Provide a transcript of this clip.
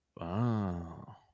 Wow